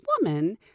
woman